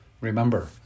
Remember